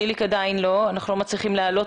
שמעתי הרבה